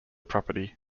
property